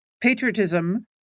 patriotism